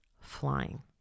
flying